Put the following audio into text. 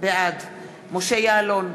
בעד משה יעלון,